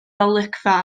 olygfa